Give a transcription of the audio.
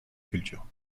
culture